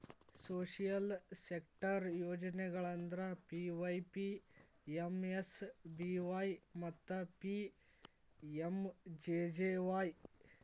social sector ಯೋಜನೆಗಳಂದ್ರ ಪಿ.ವೈ.ಪಿ.ಎಮ್.ಎಸ್.ಬಿ.ವಾಯ್ ಮತ್ತ ಪಿ.ಎಂ.ಜೆ.ಜೆ.ವಾಯ್